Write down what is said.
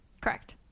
Correct